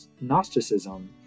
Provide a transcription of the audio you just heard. Gnosticism